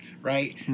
right